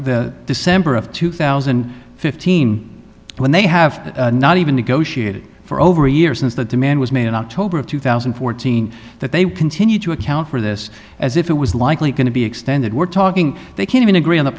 the december of two thousand and fifteen when they have not even negotiated for over a year since the demand was made in october of two thousand and fourteen that they would continue to account for this as if it was likely going to be extended we're talking they can even agree on the